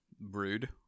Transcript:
Brood